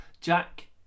Jack